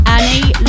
Annie